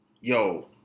yo